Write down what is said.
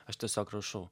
aš tiesiog rašau